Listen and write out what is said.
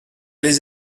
les